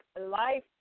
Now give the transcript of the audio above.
Life